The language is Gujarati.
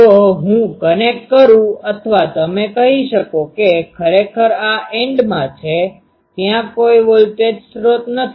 તો જો હું કનેક્ટ કરું અથવા તમે કહી શકો કે ખરેખર આ એન્ડમાં છે ત્યાં કોઈ વોલ્ટેજ સ્રોત નથી